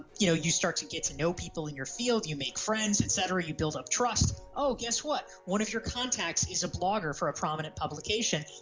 you know, you start to get to know people in your field, you make friends, etcetera you build up trust, oh guess what one of your contact is a blogger for a prominent publication,